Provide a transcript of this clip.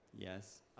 Yes